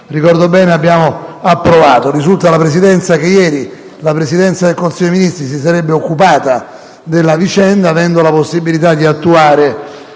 ricordo bene - e la Camera hanno approvato. Risulta alla Presidenza che ieri la Presidenza del Consiglio dei ministri si sia occupata della vicenda, avendo la possibilità di attuare